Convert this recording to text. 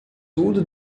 tudo